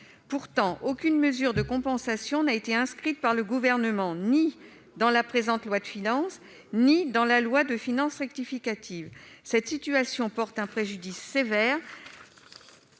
Pourtant, aucune mesure de compensation n'a été inscrite par le Gouvernement, pas plus dans le présent projet de loi de finances que dans la loi de finances rectificative. Cette situation porte un préjudice sévère